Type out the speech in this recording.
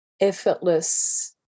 effortless